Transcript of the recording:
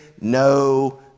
no